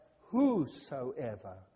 whosoever